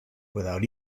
without